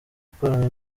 gukorana